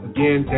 Again